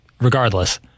Regardless